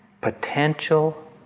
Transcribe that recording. potential